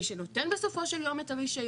מי שנותן בסופו של יום את הרישיון,